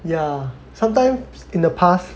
ya sometimes in the past